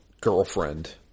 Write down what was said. girlfriend